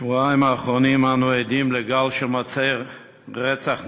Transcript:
בשבועיים האחרונים אנו עדים לגל של מעשי רצח נבזיים,